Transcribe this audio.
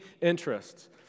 interests